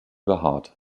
behaart